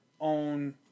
own